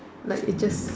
like it's just